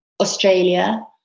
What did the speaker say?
Australia